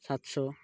ସାତଶହ